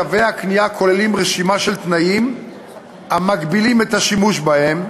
תווי הקנייה כוללים רשימה של תנאים המגבילים את השימוש בהם,